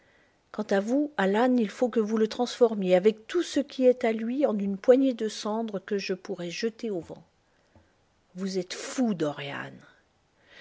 quant à vous alan il faut que vous le transformiez avec tout ce qui est à lui en une poignée de cendres que je pourrai jeter au vent vous êtes fou dorian